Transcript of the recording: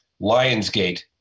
lionsgate